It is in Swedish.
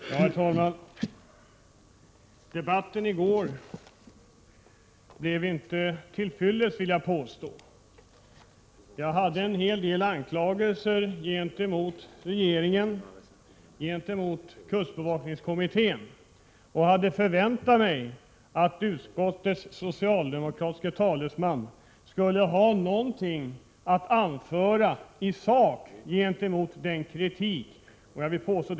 Herr talman! Debatten i går blev inte till fyllest. Jag hade en hel del anklagelser mot regeringen och kustbevakningskommittén, och jag hade förväntat mig att utskottets socialdemokratiske talesman skulle ha något att anföra i sak gentemot den kritik — jag villt.o.m.